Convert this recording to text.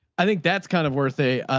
i think that's kind of worth a, a,